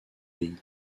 pays